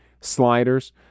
sliders